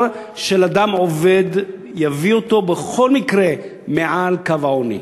של אדם עובד יביא אותו בכל מקרה מעל קו העוני,